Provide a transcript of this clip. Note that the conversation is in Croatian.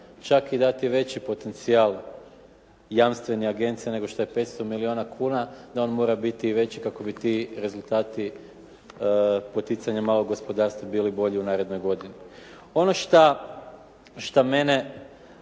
čak i dati veći potencijal jamstveni agencija nego što je 500 milijuna kuna, da on mora biti veći kako bi ti rezultati poticanja malog gospodarstva bili bolji u narednoj godini. Ono što mene